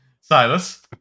Silas